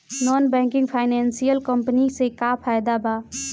Non banking financial company से का फायदा बा?